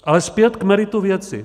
Ale zpět k meritu věci.